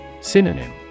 Synonym